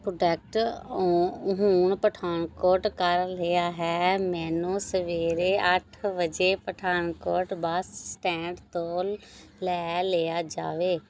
product ਔਂ ਹੁਣ ਪਠਾਨਕੋਟ ਕਰ ਲਿਆ ਹੈ ਮੈਨੂੰ ਸਵੇਰੇ ਅੱਠ ਵਜੇ ਪਠਾਨਕੋਟ ਬੱਸ ਸਟੈਂਡ ਤੋਂ ਲੈ ਲਿਆ ਜਾਵੇ